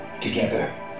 together